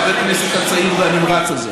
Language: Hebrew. חבר הכנסת הצעיר והנמרץ הזה.